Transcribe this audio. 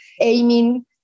aiming